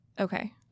Okay